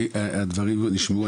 הדברים נשמעו,